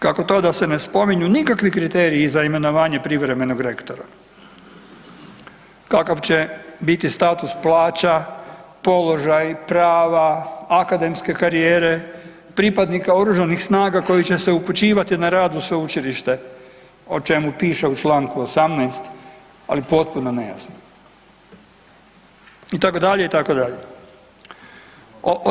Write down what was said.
Kako to da se ne spominju nikakvi kriteriji za imenovanje privremenog rektora, kakav će biti status plaća, položaj, prava, akademske karijere pripadnika oružanih snaga koji će se upućivati na rad u sveučilište, o čemu piše u čl. 18., ali potpuno nejasno, itd. itd.